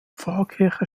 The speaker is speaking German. pfarrkirche